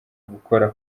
gukora